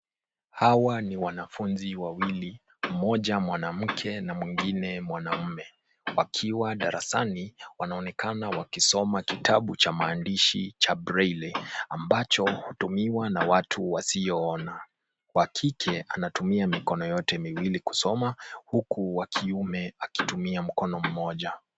Hawa ni wanafunzi wawili. Mmoja mwanamke na mwingine mwanaume. Wakiwa darasani wanaonekana wakisoma kitabu cha maandishi cha breli, ambacho hutumiwa na watu wasioona. Wakike anatumia mikono yote miwili kusoma huku wakiume akitumia mkono mmoja.